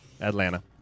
atlanta